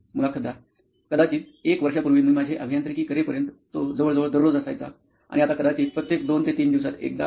मुलाखतदार कदाचित एक वर्षापूर्वी मी माझे अभियांत्रिकी करेपर्यंत तो जवळजवळ दररोज असायचा आणि आता कदाचित प्रत्येक दोन ते तीन दिवसांत एकदा असावा